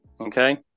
okay